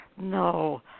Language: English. No